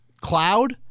cloud